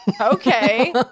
Okay